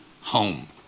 home